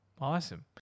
Awesome